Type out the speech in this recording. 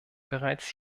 bereits